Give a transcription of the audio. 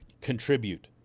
contribute